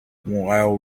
while